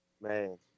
Man